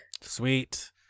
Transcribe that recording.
Sweet